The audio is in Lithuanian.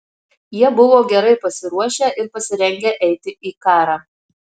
jie buvo gerai pasiruošę ir pasirengę eiti į karą